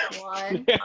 One